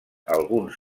alguns